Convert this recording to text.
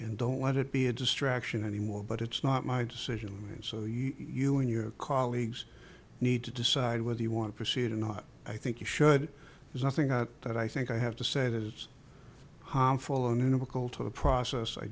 and don't let it be a distraction any more but it's not my decision and so you and your colleagues need to decide whether you want to see it or not i think you should there's nothing that i think i have to say that it's harmful in a nickel to the process i